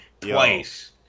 twice